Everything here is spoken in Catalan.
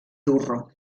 durro